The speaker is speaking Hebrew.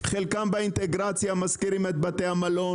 חלקם באינטגרציה משכירים את בתי המלון